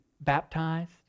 baptized